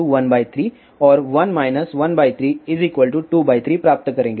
तो हम 1 fcf213 और 1 1323प्राप्त करेंगे